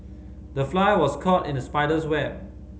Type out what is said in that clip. the fly was caught in the spider's web